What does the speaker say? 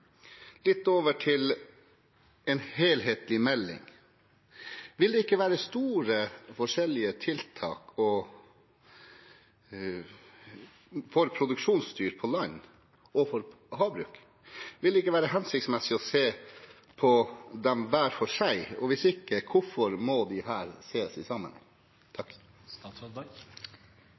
Over til dette med en helhetlig melding: Vil det ikke være store forskjeller mellom tiltak for produksjonsdyr på land og for havbruk? Vil det ikke være hensiktsmessig å se på dem hver for seg? Hvis ikke – hvorfor må disse ses i sammenheng?